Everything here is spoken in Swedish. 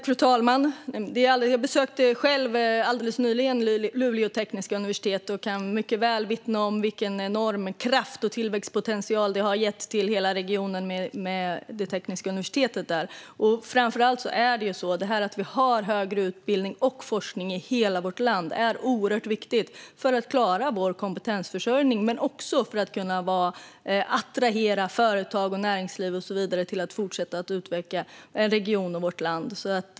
Fru talman! Jag besökte själv alldeles nyligen Luleå tekniska universitet och kan mycket väl vittna om vilken enorm kraft och tillväxtpotential det har gett till hela regionen. Att vi har högre utbildning och forskning i hela vårt land är oerhört viktigt för att vi ska klara vår kompetensförsörjning, men också för att attrahera företag, näringsliv och så vidare som kan fortsätta utveckla en region och vårt land.